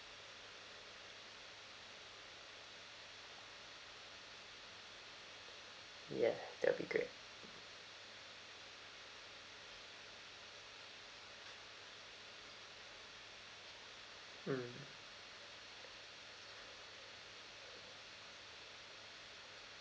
ya that would be great mm